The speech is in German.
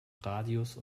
radius